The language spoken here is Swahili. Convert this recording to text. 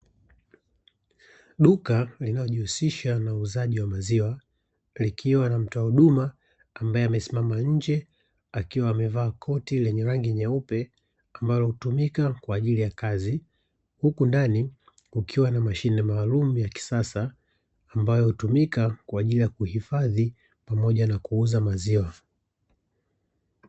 Duka linalojihusisha na uuzaji wa maziwa, likiwa na mtoa huduma, ambaye amesimama nje, akiwa amevaa koti lenye rangi nyeupe, ambalo hutumika kwa ajili ya kazi, huku ndani, kukiwa na mashine maalumu ya kisasa, ambayo hutumika kwa ajili ya kuhifadhi pamoja na kuuza maziwa.